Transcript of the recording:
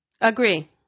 Agree